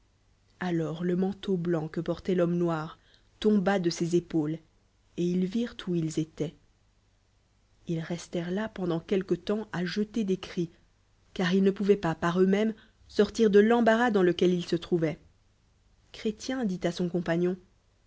alors le manteau blanc que portoit l'homme noir tomba de ses épaules et ils virent où ils étoienr lis restèrent là pendant quelque temps à jeter des cris car ils uepou voient pas par eu z mèmes sortir de l'embarras dans lequel ils se trou voient chrétien dit à son compagnon